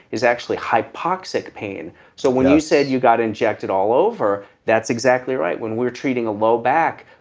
is actually hypoxic pain so when you said you got injected all over, that's exactly right. when we're treating a low back,